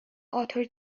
author